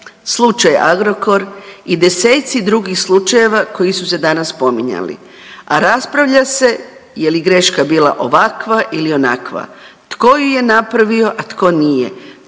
slučaj Agrokor i deseci drugih slučajeva koji su se danas spominjali, a raspravlja se je li greška bila ovakva ili onakva, tko ju je napravio, a tko nije,